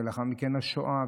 ולאחר מכן השואה,